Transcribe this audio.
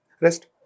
Rest